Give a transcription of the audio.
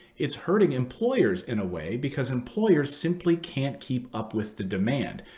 it's hurting employers, in a way, because employers simply can't keep up with the demand.